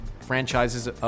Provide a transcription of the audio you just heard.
franchises